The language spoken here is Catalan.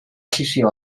afició